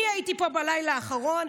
אני הייתי פה בלילה האחרון,